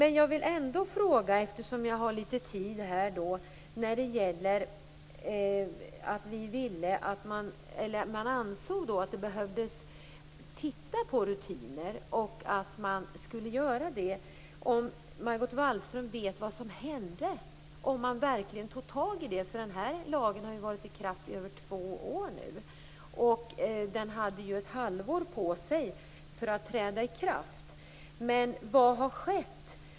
Eftersom jag har litet tid till förfogande vill jag ändå ställa ett par frågor. Man ansåg att rutinerna behövde ses över. Vet Margot Wallström vad som hände, om detta verkligen skedde? Den här lagen har nu varit i kraft i över två år, och den hade ett halvår på sig för att träda i kraft. Vad har skett?